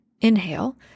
inhale